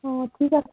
অঁ ঠিক আছে